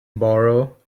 borrow